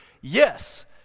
Yes